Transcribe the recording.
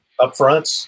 Upfronts